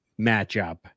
matchup